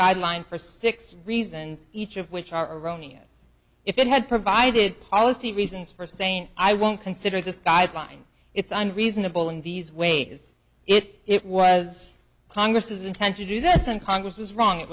guideline for six reasons each of which are erroneous if it had provided policy reasons for saying i won't consider this guideline it's i'm reasonable in these ways it was congress's intention to do this and congress was wrong it